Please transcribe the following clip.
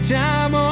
time